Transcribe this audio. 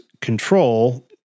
Control